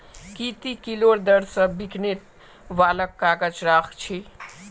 की ती किलोर दर स बिकने वालक काग़ज़ राख छि